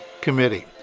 committee